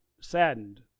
saddened